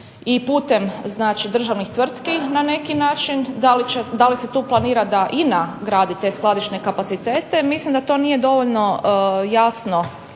i putem državnih tvrtki na neki način, da li se tu planira da INA gradi te skladišne kapacitete mislim da to nije dovoljno jasno